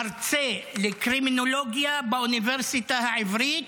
מרצה לקרימינולוגיה באוניברסיטה העברית,